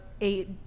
eight